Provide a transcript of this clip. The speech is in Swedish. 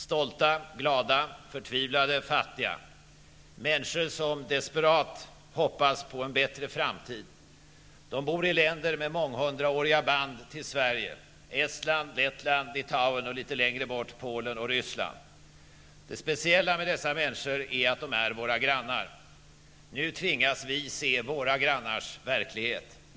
Stolta och glada, förtvivlade och fattiga. Människor som desperat hoppas på en bättre framtid. De bor i länder med månghundraåriga band till Sverige: Estland, Lettland, Litauen och litet längre bort Det speciella med dessa människor är att de är våra grannar. Nu tvingas vi inse våra grannars verklighet.